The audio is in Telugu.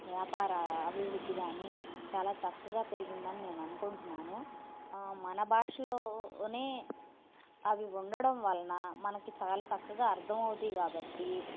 వ్యాపార అభివృద్ధి కానీ చాలా చక్కగా పెరిగింది అని నేను అనుకుంటున్నాను మన భాషలోనే అవి ఉండడం వలన మనకి చాలా చక్కగా అర్థం అవుతాయి కాబట్టి